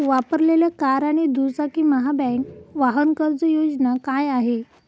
वापरलेल्या कार आणि दुचाकीसाठी महाबँक वाहन कर्ज योजना काय आहे?